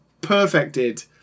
perfected